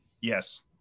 Yes